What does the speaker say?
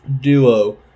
duo